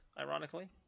ironically